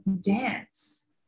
Dance